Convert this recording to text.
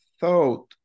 thought